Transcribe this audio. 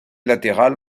latéral